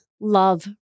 love